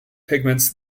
pigments